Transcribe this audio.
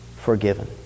forgiven